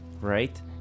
right